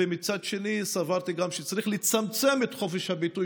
אך סברתי גם שצריך לצמצם את חופש הביטוי